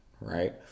right